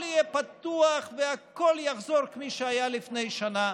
יהיה פתוח והכול יחזור כפי שהיה לפני שנה.